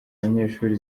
abanyeshuri